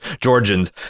Georgians